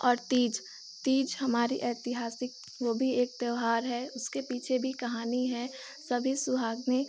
और तीज तीज हमारी ऐतिहासिक वह भी एक त्यौहार है उसके पीछे भी कहानी है सभी सुहागनें